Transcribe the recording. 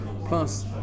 plus